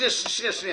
זה לא